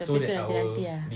tapi tu nanti nanti ah